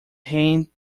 hand